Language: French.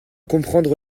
comprendre